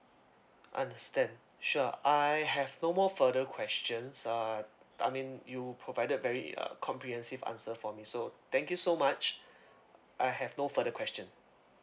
understand sure I have no more further questions uh I mean you provided very uh comprehensive answer for me so thank you so much I have no further question